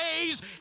days